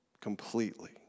completely